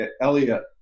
Eliot